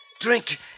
Drink